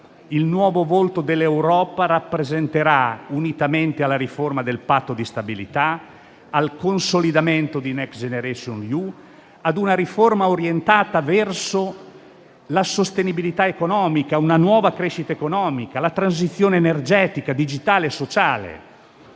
un nuovo volto dell'Europa, caratterizzato dalla riforma del Patto di stabilità, dal consolidamento di Next generation EU, da una riforma orientata verso la sostenibilità economica, da una nuova crescita economica, dalla transizione energetica, digitale e sociale.